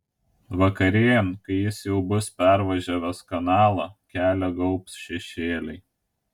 vakarėjant kai jis jau bus pervažiavęs kanalą kelią gaubs šešėliai